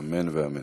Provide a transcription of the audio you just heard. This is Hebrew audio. אמן ואמן.